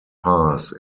pass